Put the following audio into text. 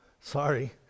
Sorry